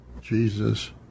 Jesus